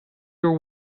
your